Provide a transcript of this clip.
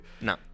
No